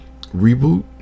reboot